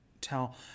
tell